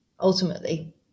ultimately